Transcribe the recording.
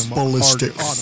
Ballistics